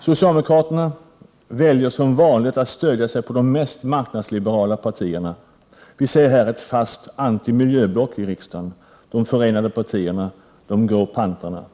Socialdemokratin väljer som vanligt att stödja sig på de mest marknadsliberala partierna. Vi ser här ett fast antimiljöblock i riksdagen — de förenade partierna, de grå pantrarna.